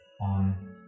on